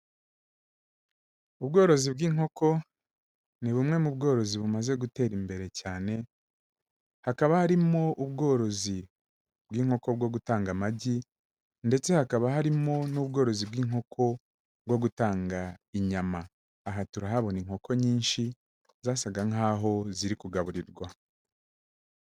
Ubworozi bw'inkoko ni bumwe mu bworozi bumaze gutera imbere cyane, hakaba harimo ubworozi bw'inkoko bwo gutanga amagi ndetse hakaba harimo n'ubworozi bw'inkoko bwo gutanga inyama, aha turahabona inkoko nyinshi zasaga nk'aho ziri kugaburirwa.